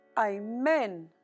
Amen